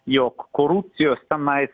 jog korupcijos tenais